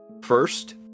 first